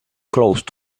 close